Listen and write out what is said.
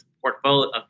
portfolio